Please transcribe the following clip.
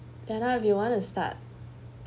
tena if you want to start